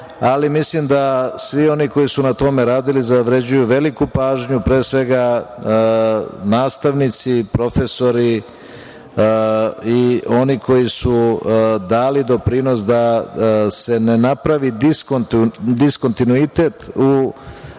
ali mislim da svi oni koji su na tome radili, zavređuju veliku pažnju, pre svega nastavnici i profesori, i oni koji su dali doprinos da se ne napravi diskontinuitet u